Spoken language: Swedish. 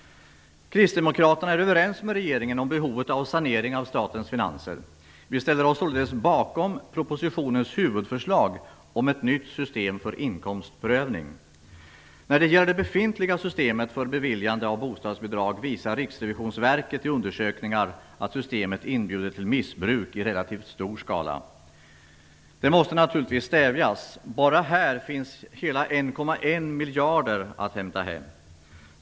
Kristdemokraterna är överens med regeringen om behovet av sanering av statens finanser. Vi ställer oss således bakom propositionens huvudförslag om ett nytt system för inkomstprövning. När det gäller det befintliga systemet för beviljande av bostadsbidrag visar Riksrevisionsverket i undersökningar att systemet inbjuder till missbruk i relativt stor skala. Det måste naturligtvis stävjas. Bara här finns det hela 1,1 miljarder kronor att hämta hem.